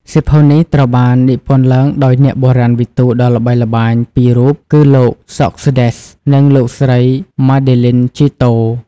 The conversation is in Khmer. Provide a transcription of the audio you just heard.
សៀវភៅនេះត្រូវបាននិពន្ធឡើងដោយអ្នកបុរាណវិទូដ៏ល្បីល្បាញពីររូបគឺលោក ហ្សក សឺដេស George Coedès និងលោកស្រី ម៉ាដេលីន ជីតូ Madeleine Giteau។